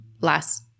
last